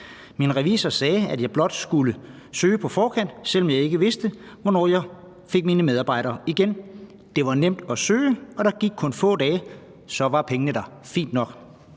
Min revisor sagde, at jeg blot skulle søge på forkant, selv om jeg ikke vidste, hvornår jeg fik mine medarbejdere igen. Det var nemt at søge, og der gik kun få dage, så var pengene der – fint nok.